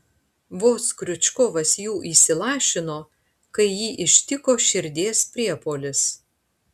vos kriučkovas jų įsilašino kai jį ištiko širdies priepuolis